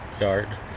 yard